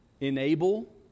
enable